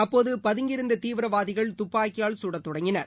அப்போதுபதங்கியிருந்ததீவிரவாதிகள் துப்பாக்கியால் சுடத் தொடங்கினர்